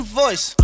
voice